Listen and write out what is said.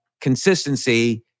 Consistency